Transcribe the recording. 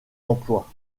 emploi